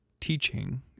teaching